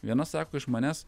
viena sako iš manęs